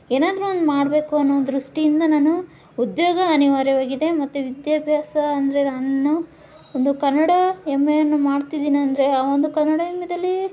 ಏನಾದ್ರೂ ಒಂದು ಮಾಡಬೇಕು ಅನ್ನೋ ದೃಷ್ಟಿಯಿಂದ ನಾನು ಉದ್ಯೋಗ ಅನಿವಾರ್ಯವಾಗಿದೆ ಮತ್ತು ವಿದ್ಯಾಭ್ಯಾಸ ಅಂದರೆ ನಾನು ಒಂದು ಕನ್ನಡ ಎಂ ಎ ಅನ್ನು ಮಾಡ್ತಿದೀನಿ ಅಂದರೆ ಆ ಒಂದು ಕನ್ನಡ ಎಂ ಎದಲ್ಲಿ